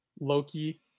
Loki